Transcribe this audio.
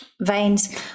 veins